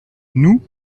nous